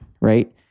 right